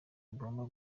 bigomba